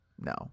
no